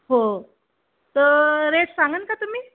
हो त रेट सांगाल का तुम्ही